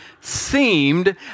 seemed